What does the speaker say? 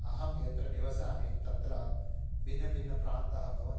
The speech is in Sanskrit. अहं यत्र निवसामि तत्र भिन्नभिन्नप्रान्तः भवन्ति किल